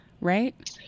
right